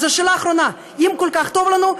אז שאלה אחרונה: אם כל כך טוב לנו,